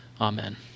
Amen